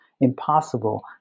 impossible